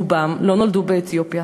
רובם לא נולדו באתיופיה,